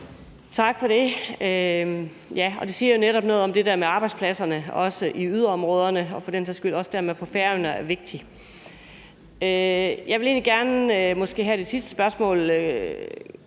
Tak for det. Ja, det siger jo netop noget om det der med, at arbejdspladser også i yderområderne og for den sags skyld også dermed på Færøerne er vigtige. Jeg vil egentlig gerne måske her i det sidste spørgsmål